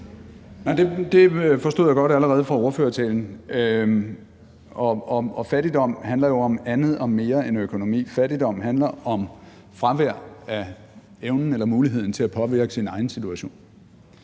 Det forstod jeg godt allerede fra ordførertalen. Men fattigdom handler jo om andet og mere end økonomi. Fattigdom handler om fravær af evnen til eller muligheden for at påvirke sin egen situation.